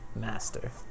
master